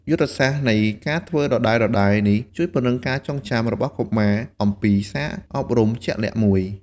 យុទ្ធសាស្ត្រនៃការធ្វើដដែលៗនេះ ជួយពង្រឹងការចងចាំរបស់កុមារអំពីសារអប់រំជាក់លាក់មួយ។